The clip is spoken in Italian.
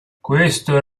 questo